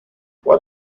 what